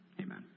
Amen